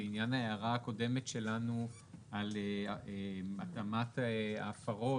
לעניין ההערה הקודמת שלנו על התאמת ההפרות